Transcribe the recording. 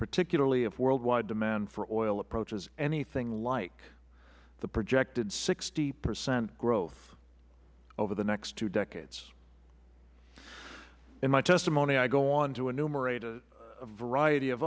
particularly if worldwide demand for oil approaches anything like the projected sixty percent growth over the next two decades in my testimony i go on to enumerate a variety of